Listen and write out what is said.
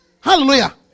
Hallelujah